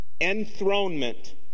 enthronement